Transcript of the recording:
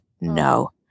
No